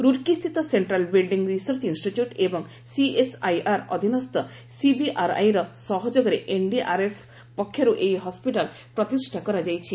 ରୁଚ୍କିସ୍ଥିତ central building research institute ଏବଂ CSIR ଅଧୀନସ୍ଥ ସିବିଆର୍ଆଇର ସହଯୋଗରେ ଏନ୍ଡିଆର୍ଏଫ୍ ପକ୍ଷରୁ ଏହି ହସ୍କିଟାଲ ପ୍ରତିଷ୍ଠା କରାଯାଇଛି